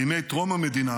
בימי טרום המדינה